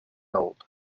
old